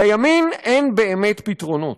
לימין אין באמת פתרונות.